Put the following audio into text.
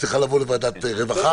צריכה לבוא לוועדת רווחה.